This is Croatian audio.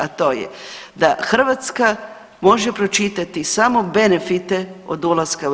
A to je da Hrvatska može pročitati samo benefite od ulaska u EU.